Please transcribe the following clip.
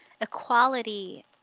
equality